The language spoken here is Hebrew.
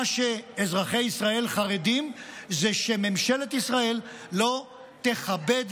מה שאזרחי ישראל חרדים לו זה שממשלת ישראל לא תכבד